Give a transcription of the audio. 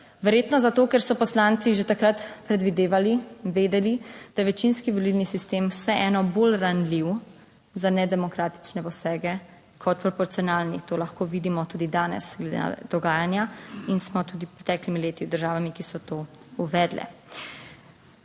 Verjetno zato, ker so poslanci že takrat predvidevali, vedeli, da je večinski volilni sistem vseeno bolj ranljiv za nedemokratične posege kot proporcionalni. To lahko vidimo tudi danes glede na dogajanja in smo tudi s preteklimi leti z državami, ki so to uvedle.